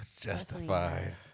Justified